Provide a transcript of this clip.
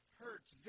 hurts